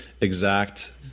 exact